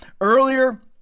earlier